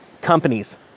companies